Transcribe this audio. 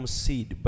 seed